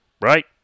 right